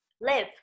live